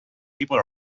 people